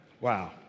Wow